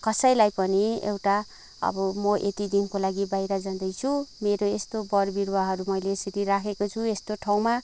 कसैलाई पनि एउटा अब म यति दिनको लागि बाहिर जाँदैछु मेरो यस्तो बर बिरुवाहरू मैले यसरी राखेको छु यस्तो ठाउँमा